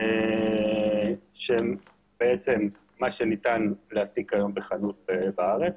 שהם מה שניתן להשיג כיום בחנות הארץ,